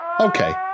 Okay